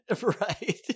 Right